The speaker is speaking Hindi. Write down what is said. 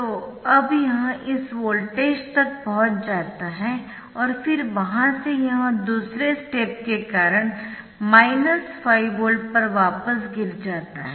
तो अब यह इस वोल्टेज तक पहुँच जाता है और फिर वहाँ से यह दूसरे स्टेप के कारण माइनस 5 वोल्ट पर वापस गिर जाता है